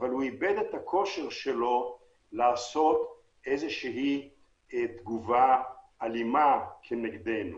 אבל הוא איבד את הכושר שלו לעשות איזו תגובה אלימה כנגדנו.